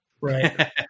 Right